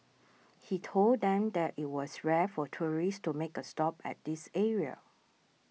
he told them that it was rare for tourists to make a stop at this area